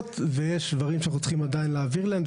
מקדמות ויש דברים שאנחנו צריכים עדיין להעביר להם.